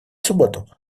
субботу